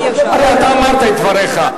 אתה הרי אמרת את דבריך.